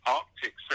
Arctic